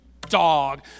dog